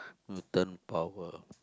mutant power